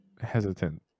hesitant